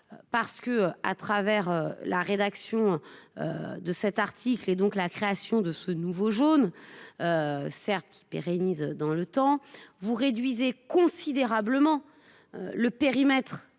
parce que, à travers la rédaction. De cet article. Et donc la création de ce nouveau jaune. Certes qui pérennise dans le temps vous réduisez considérablement. Le périmètre